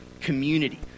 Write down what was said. community